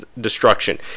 destruction